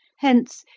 hence,